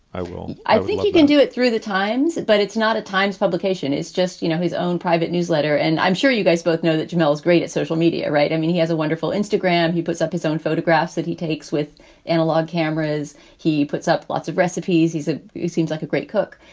i will i think you can do it through the times, but it's not a times publication is just, you know, his own private newsletter. and i'm sure you guys both know that janell's great at social media. right. i mean, he has a wonderful instagram. he puts up his own photographs that he takes with analog cameras. he puts up lots of recipes. he's ah it seems like a great cook.